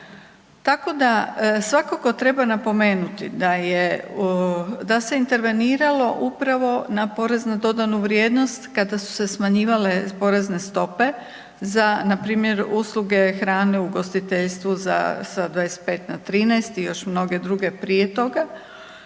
tako da svakako treba napomenuti da se interveniralo upravo na porez na dodanu vrijednost kada su se smanjivali porezne stope za npr. usluge hrane u ugostiteljstvu sa 25 na 13 i još mnoge druge prije toga.